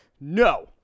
No